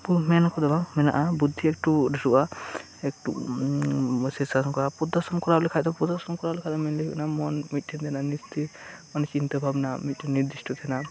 ᱢᱮᱱ ᱟᱠᱚ ᱫᱚ ᱵᱟᱝ ᱢᱮᱱᱟᱜᱼᱟ ᱵᱩᱫᱽᱫᱷᱤ ᱮᱠᱴᱩ ᱰᱷᱮᱨᱚᱜᱼᱟ ᱥᱤᱨᱥᱟᱥᱚᱱ ᱠᱚᱨᱟᱣ ᱞᱮᱠᱷᱟᱱ ᱯᱚᱫᱽᱫᱟᱥᱚᱱ ᱠᱚᱨᱟᱣ ᱞᱮᱠᱷᱟᱱ ᱚᱱᱟ ᱢᱚᱱ ᱢᱤᱫᱴᱷᱮᱱ ᱛᱟᱦᱮᱸᱱᱟ ᱚᱱᱟ ᱪᱤᱱᱛᱟᱹ ᱵᱷᱟᱵᱱᱟ ᱢᱤᱫ ᱴᱷᱮᱱ ᱱᱤᱨᱫᱤᱥᱴᱚ ᱛᱟᱦᱮᱸᱱᱟ